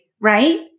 right